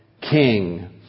king